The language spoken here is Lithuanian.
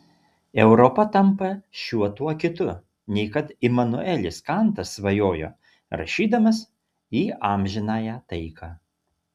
europa tampa šiuo tuo kitu nei kad imanuelis kantas svajojo rašydamas į amžinąją taiką